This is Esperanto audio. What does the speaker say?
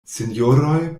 sinjoroj